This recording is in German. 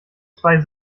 zwei